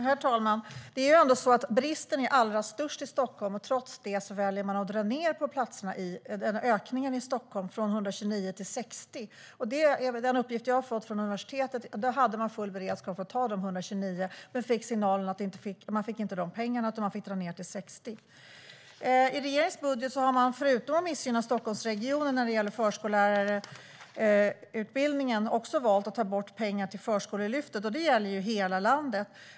Herr talman! Bristen är ändå allra störst i Stockholm, och trots det väljer man att dra ned på ökningen av platser i Stockholm från 129 till 60. Enligt den uppgift jag fått från universitetet hade de full beredskap för att ta de 129. De fick dock signalen att de inte fick pengarna utan fick dra ned till 60. I regeringens budget har man förutom att missgynna Stockholmsregionen när det gäller förskollärarutbildningen också valt att ta bort pengar till Förskolelyftet. Det gäller hela landet.